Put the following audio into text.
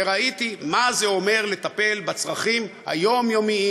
וראיתי מה זה אומר לטפל בצרכים היומיומיים,